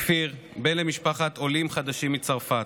כפיר בן למשפחת עולים חדשים מצרפת.